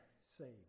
saved